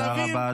תודה רבה,